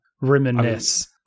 reminisce